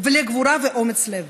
לגבורה ואומץ לב.